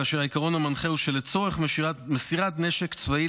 כאשר העיקרון המנחה הוא שלצורך מסירת נשק צבאי